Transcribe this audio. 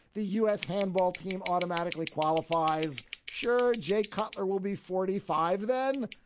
the u s. handball team automatically qualifies. sure, jay cutler will be forty five then,